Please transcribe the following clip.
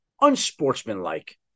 unsportsmanlike